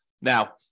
Now